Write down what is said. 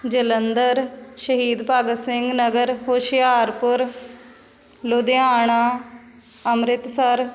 Jalandhar Shaheed Bhagat Singh Nagar Hoshiarpur Ludhiana Amritsar